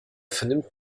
vernimmt